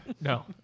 No